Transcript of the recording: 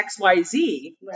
XYZ